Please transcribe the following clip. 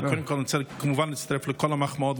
אבל קודם כול אני רוצה כמובן להצטרף לכל המחמאות,